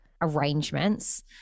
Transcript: arrangements